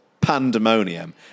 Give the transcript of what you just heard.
pandemonium